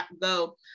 go